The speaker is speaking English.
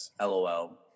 LOL